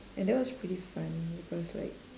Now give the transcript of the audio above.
and that was pretty fun because like